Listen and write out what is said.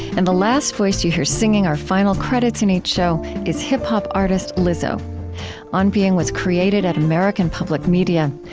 and the last voice that you hear singing our final credits in each show is hip-hop artist lizzo on being was created at american public media.